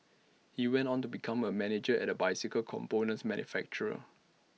he went on to become A manager at A bicycle components manufacturer